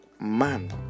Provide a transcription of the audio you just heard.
man